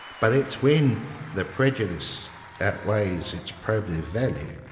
but it's when the prejudice outweighs its probative value,